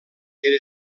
era